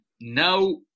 now